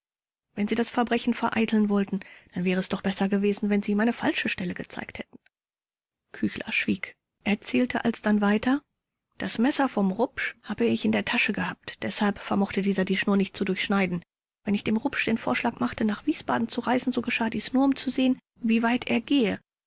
wenn sie das verbrechen vereiteln wollten dann wäre es doch besser gewesen wenn sie ihm eine falsche stelle gezeigt hätten küchler schwieg er erzählte alsdann weiter das messer von rupsch habe ich in der tasche gehabt deshalb vermochte dieser die schnur nicht zu durchschneiden wenn ich dem rupsch den vorschlag machte nach wiesbaden zu reisen so geschah dies nur um zu sehen wieweit er gehe